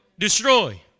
Destroy